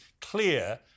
clear